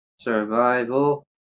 Survival